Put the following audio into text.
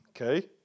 Okay